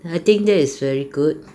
I think that is very good